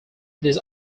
this